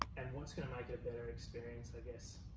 and what's gonna make it a better experience, i guess,